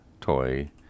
toy